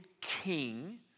king